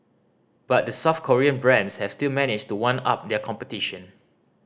but the South Korean brands have still managed to one up their competition